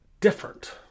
different